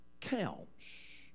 counts